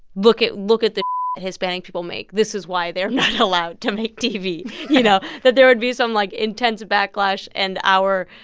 look at look at the hispanic people make. this is why they're not allowed to make tv you know, that there would be some like intense backlash and our,